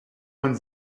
man